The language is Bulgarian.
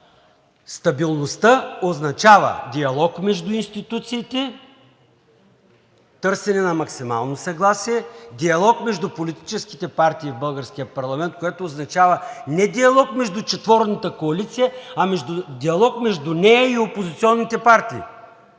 стабилността означава диалог между институциите, търсене на максимално съгласие, диалог между политическите партии в българския парламент, което означава не диалог между четворната коалиция, а диалог между нея и опозиционните партии.